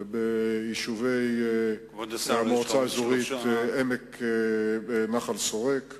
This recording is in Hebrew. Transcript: וביישובי המועצה האזורית נחל-שורק,